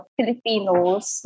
Filipinos